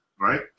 right